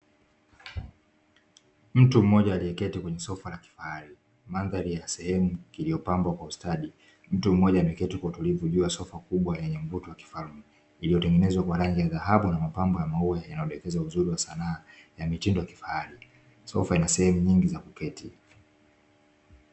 Mtu mmoja aliyeketi kwenye sofa za kifahari, mandhari ya sehemu iliyopambwa kwa ustadi, mtu mmoja ameketi kwa utulivu juu ya sofa kubwa lenye mvuto wa kifalme iliyotengenezwa kwa rangi ya dhahabu na mapambo ya maua yanayoelekeza uzuri wa sanaa ya mitindo ya kifahari sofa ina sehemu nyingi za kuketi.